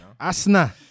Asna